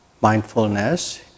mindfulness